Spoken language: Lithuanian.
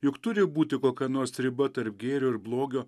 juk turi būti kokia nors riba tarp gėrio ir blogio